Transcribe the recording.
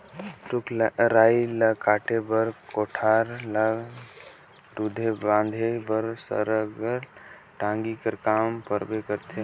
रूख राई ल काटे बर, कोठार ल रूधे बांधे बर सरलग टागी कर काम परबे करथे